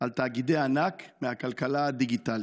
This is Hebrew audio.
על תאגידי ענק מהכלכלה הדיגיטלית.